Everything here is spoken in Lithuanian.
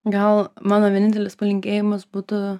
gal mano vienintelis palinkėjimas būtų